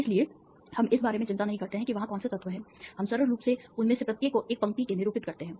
इसलिए हम इस बारे में चिंता नहीं करते हैं कि वहां कौन से तत्व हैं हम सरल रूप से उनमें से प्रत्येक को एक पंक्ति से निरूपित करते हैं